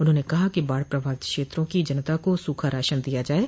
उन्होंने कहा कि बाढ़ प्रभावित क्षेत्रों की जनता को सूखा राशन दिया जाये